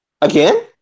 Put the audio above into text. again